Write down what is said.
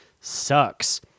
sucks